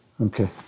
Okay